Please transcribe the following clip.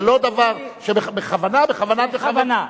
זה לא דבר שבכוונה, בכוונת מכוון, בכוונה.